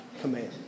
command